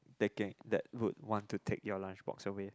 taking that would want to take your lunch box away